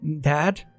Dad